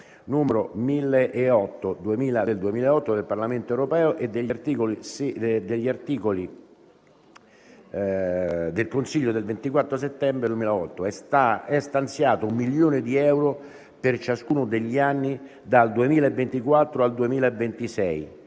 n. 1008/2008 del Parlamento europeo e del Consiglio del 24 settembre 2008, è stanziato 1 milione di euro per ciascuno degli anni dal 2024 al 2026.